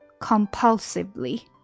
compulsively